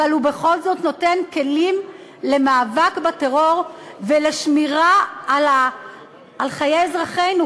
אבל הוא בכל זאת נותן כלים למאבק בטרור ולשמירה על חיי אזרחינו,